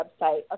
website